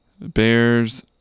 Bears